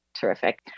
terrific